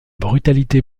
brutalité